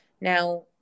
Now